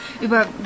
Über